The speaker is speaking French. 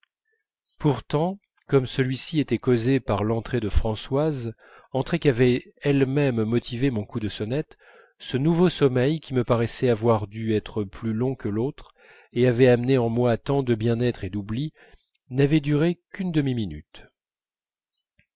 pourtant comme celui-ci était causé par l'entrée de françoise entrée qu'avait elle-même motivée mon coup de sonnette ce nouveau sommeil qui me paraissait avoir dû être plus long que l'autre et avait amené en moi tant de bien-être et d'oubli n'avait duré qu'une